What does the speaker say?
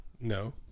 no